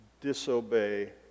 disobey